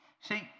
See